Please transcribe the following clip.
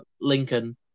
Lincoln